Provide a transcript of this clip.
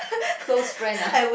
close friend ah